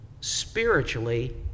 spiritually